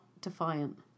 defiant